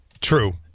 True